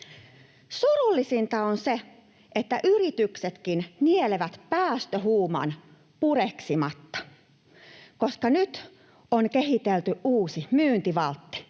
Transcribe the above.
Surullisinta on se, että yrityksetkin nielevät päästöhuuman pureksimatta, koska nyt on kehitelty uusi myyntivaltti,